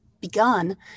begun